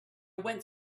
went